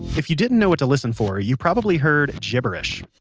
if you didn't know what to listen for, you probably heard gibberish.